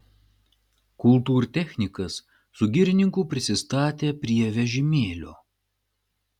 kultūrtechnikas su girininku prisistatė prie vežimėlio